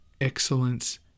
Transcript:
Excellence